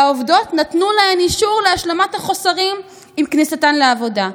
והעובדות נתנו להן אישור להשלמת החוסרים עם כניסתן לעבודה.